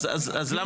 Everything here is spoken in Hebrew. גיל, דבר